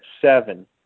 seven